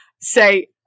say